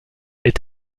est